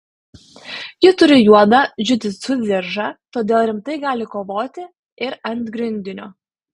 ji turi juodą džiudžitsu diržą todėl rimtai gali kovoti ir ant grindinio